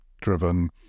driven